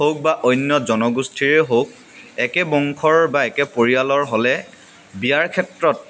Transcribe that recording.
হওঁক বা অন্য জনগোষ্ঠীৰে হওঁক একে বংশৰ বা একে পৰিয়ালৰ হ'লে বিয়াৰ ক্ষেত্ৰত